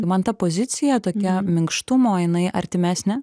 man ta pozicija tokia minkštumo jinai artimesnė